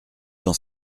dans